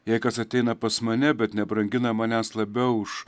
jei kas ateina pas mane bet nebrangina manęs labiau už